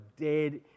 dead